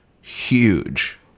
huge